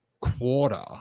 quarter